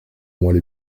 moelle